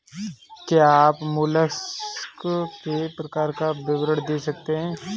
क्या आप मोलस्क के प्रकार का विवरण दे सकते हैं?